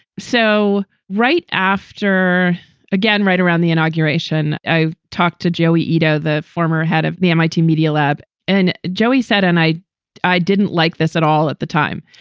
so right after again, right around the inauguration, i talked to joey itoh, the former head of the m i t. media lab. and joey said and i i didn't like this at all at the time,